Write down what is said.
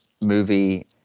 movie